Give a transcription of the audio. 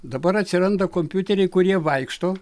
dabar atsiranda kompiuteriai kurie vaikšto